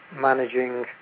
managing